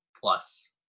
plus